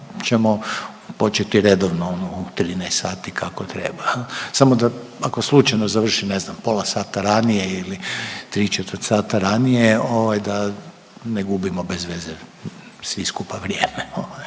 ćemo početi redovno ono u 13 sati kako treba. Samo da, ako slučajno završi, ne znam, pola sata ranije ili 3/4 sata ranije, ovaj, da ne gubimo bez veze svi skupa vrijeme,